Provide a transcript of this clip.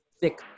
thick